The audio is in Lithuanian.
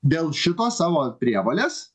dėl šitos savo prievolės